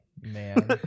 man